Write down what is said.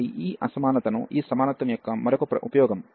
కాబట్టి ఈ అసమానతను ఈ సమానత్వం యొక్క మరొక ఉపయోగం nπy 1n y